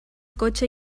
cotxe